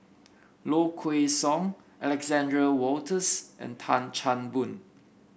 Low Kway Song Alexander Wolters and Tan Chan Boon